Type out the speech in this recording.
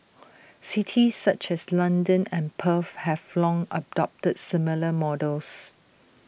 cities such as London and Perth have long adopted similar models